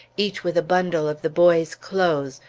each with a bundle of the boys' clothes,